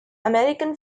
american